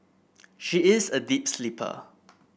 she is a deep sleeper